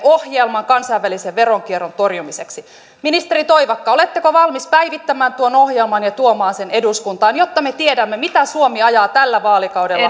ohjelman kansainvälisen veronkierron torjumiseksi ministeri toivakka oletteko valmis päivittämään tuon ohjelman ja tuomaan sen eduskuntaan jotta me tiedämme mitä suomi ajaa tällä vaalikaudella